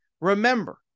Remember